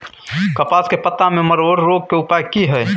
कपास के पत्ता में मरोड़ रोग के उपाय की हय?